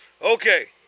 Okay